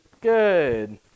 Good